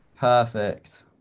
Perfect